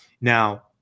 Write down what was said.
Now